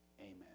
Amen